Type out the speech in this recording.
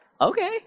Okay